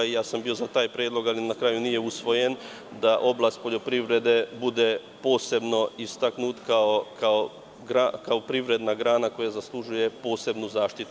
I ja sam bio za taj predlog, ali na kraju nije usvojen, da oblast poljoprivrede bude posebno istaknuta kao privredna grana koja zaslužuje posebnu zaštitu.